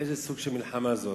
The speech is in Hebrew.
איזה סוג של מלחמה זאת?